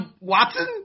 Watson